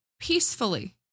peacefully